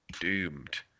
doomed